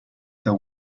the